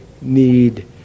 need